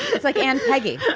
it's like and peggy.